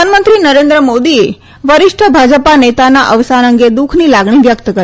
પ્રધાનમંત્રી નરેન્દ્ર મોદીએ વરિષ્ઠ ભાજપા નેતાના અવસાન અંગે દુઃખની લાગણી વ્યક્ત કરી